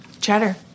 cheddar